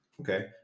Okay